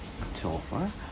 twelve ah